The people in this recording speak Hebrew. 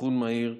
אבחון מהיר,